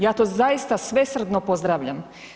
Ja to zaista svesvrdno pozdravljam.